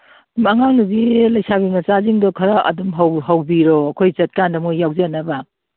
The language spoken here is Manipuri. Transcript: ꯍꯩꯃꯥ ꯑꯉꯥꯡ ꯅꯨꯄꯤ ꯂꯩꯁꯥꯕꯤ ꯃꯆꯥꯁꯤꯡꯗꯣ ꯈꯔ ꯑꯗꯨꯝ ꯍꯧꯕꯤꯔꯣ ꯑꯩꯈꯣꯏ ꯆꯠꯀꯥꯟꯗ ꯃꯣꯏ ꯌꯥꯎꯖꯅꯕ